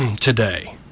today